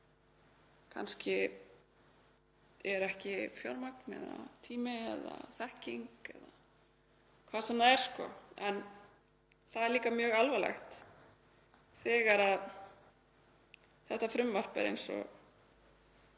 Kannski er ekki til fjármagn eða tími eða þekking eða hvað sem það er, en það er mjög alvarlegt þegar þetta frumvarp er eins og